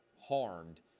harmed